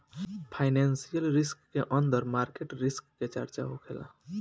financial risk के अंदर market risk के चर्चा होखेला